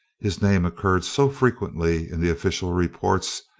his name occurred so frequently in the official reports,